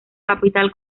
capital